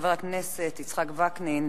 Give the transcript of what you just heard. חבר הכנסת יצחק וקנין,